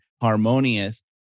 Harmonious